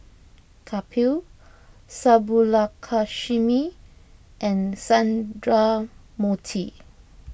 Kapil Subbulakshmi and Sundramoorthy